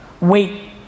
Wait